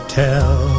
tell